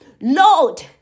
Lord